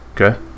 Okay